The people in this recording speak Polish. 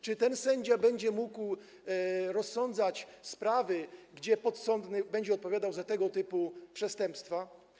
Czy ten sędzia będzie mógł rozsądzać sprawy, gdzie podsądny będzie odpowiadał za tego typu przestępstwa?